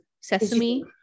Sesame